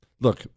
look